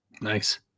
nice